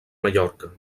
mallorca